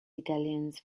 italians